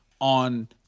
on